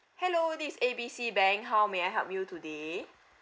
hello this is A B C bank how may I help you today